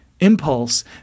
impulse